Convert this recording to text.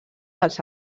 dels